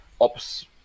ops